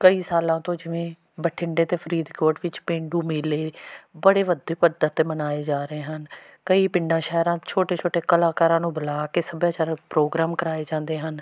ਕਈ ਸਾਲਾਂ ਤੋਂ ਜਿਵੇਂ ਬਠਿੰਡੇ ਅਤੇ ਫਰੀਦਕੋਟ ਵਿੱਚ ਪੇਂਡੂ ਮੇਲੇ ਬੜੇ ਵੱਡੇ ਪੱਧਰ 'ਤੇ ਮਨਾਏ ਜਾ ਰਹੇ ਹਨ ਕਈ ਪਿੰਡਾਂ ਸ਼ਹਿਰਾਂ ਛੋਟੇ ਛੋਟੇ ਕਲਾਕਾਰਾਂ ਨੂੰ ਬੁਲਾ ਕੇ ਸਭਿਆਚਾਰ ਪ੍ਰੋਗਰਾਮ ਕਰਾਏ ਜਾਂਦੇ ਹਨ